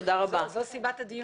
זאת הסיבה לדיון.